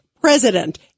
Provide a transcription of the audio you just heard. president